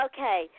Okay